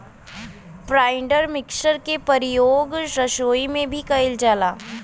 grinder mixer के परियोग रसोई में भी कइल जाला